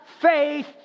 faith